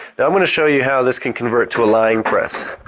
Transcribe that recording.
now, i'm going to show you how this can convert to a lying press.